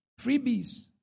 freebies